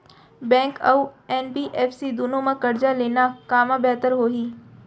Bank अऊ NBFC दूनो मा करजा लेना कामा बेहतर होही?